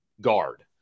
guard